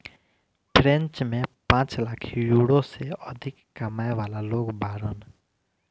French में पांच lakh euro से अधिक कमाए वाला लोग बाड़न